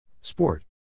Sport